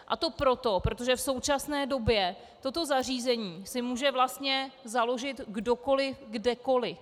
A to proto, protože si v současné době toto zařízení může vlastně založit kdokoliv kdekoliv.